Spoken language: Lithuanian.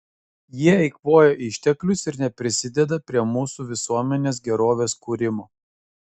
jie eikvoja išteklius ir neprisideda prie mūsų visuomenės gerovės kūrimo